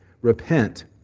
repent